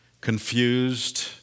confused